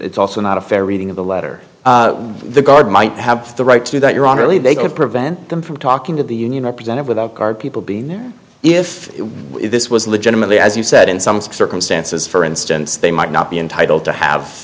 it's also not a fair reading of the letter the guard might have the right to do that your honor only they could prevent them from talking to the union represented without people being there if this was legitimately as you said in some circumstances for instance they might not be entitled to have